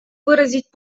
выразить